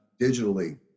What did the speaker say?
digitally